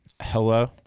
hello